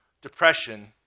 depression